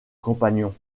compagnon